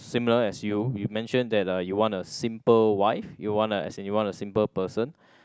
similar as you you mention that uh you want a simple wife you want a as you want a simple person